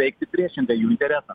veikti priešingai jų interesams